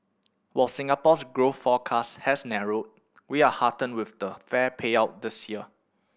while Singapore's growth forecast has narrowed we are heartened with the fair payout this year